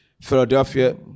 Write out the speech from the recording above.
Philadelphia